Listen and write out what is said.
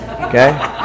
Okay